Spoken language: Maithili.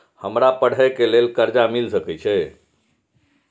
हमरा पढ़े के लेल कर्जा मिल सके छे?